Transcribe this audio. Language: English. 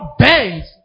bends